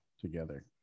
together